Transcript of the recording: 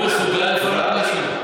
הוא מסוגל לפנות משהו?